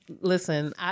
Listen